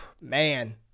man